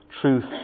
truth